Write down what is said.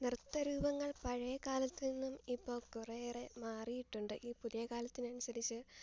നൃത്തരൂപങ്ങൾ പഴയകാലത്തു നിന്നും ഇപ്പം കുറെയേറെ മാറിയിട്ടുണ്ട് ഈ പുതിയ കാലത്തിനനുസരിച്ച്